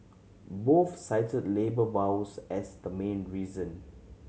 both cited labour woes as the main reason